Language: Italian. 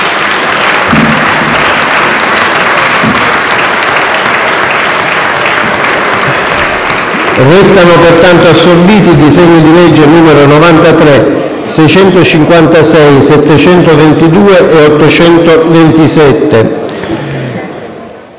Restano pertanto assorbiti i disegni di legge nn. 93, 656, 722 e 827.